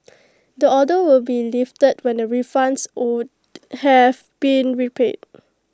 the order will be lifted when the refunds owed have been repaid